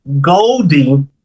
Goldie